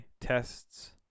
tests